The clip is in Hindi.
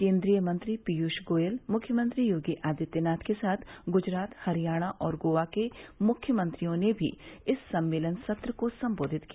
केन्द्रीय मंत्री पीयूष गोयल मुख्यमंत्री योगी आदित्यनाथ के साथ गुजरात हरियाणा और गोवा के मुख्यमंत्रियों ने भी इस सम्मेलन सत्र को संबोधित किया